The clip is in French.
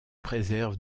préserve